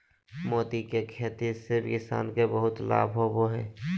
मोती के खेती से किसान के बहुत लाभ होवो हय